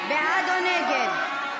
בעד או נגד.